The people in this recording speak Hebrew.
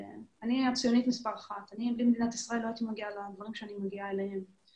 אני לא הייתי מגיעה לדברים אליהם אני מגיעה,